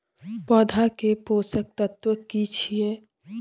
पौधा के पोषक तत्व की छिये?